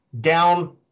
down